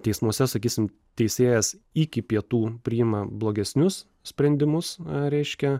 teismuose sakysim teisėjas iki pietų priima blogesnius sprendimus reiškia